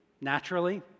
Naturally